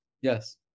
Yes